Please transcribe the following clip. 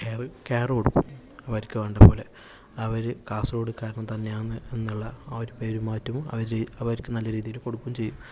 care care കൊടുക്കും അവർക്ക് വേണ്ടപോലെ അവര് കാസർഗോഡ്കാരൻ തന്നെയാണ് എന്നുള്ള ആ ഒരുപെരുമാറ്റവും അവർക്ക് നല്ല രീതിയിൽ കൊടുക്കും ചെയ്യും